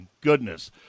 goodness